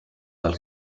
dal